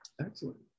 excellent